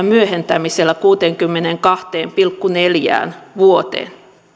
myöhentämisellä kuuteenkymmeneenkahteen pilkku neljään vuoteen